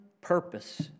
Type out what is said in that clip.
purpose